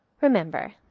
Remember